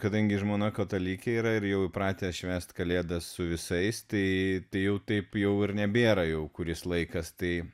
kadangi žmona katalikė yra ir jau įpratę švęsti kalėdas su visais tai tai jau taip jau ir nebėra jau kuris laikas tai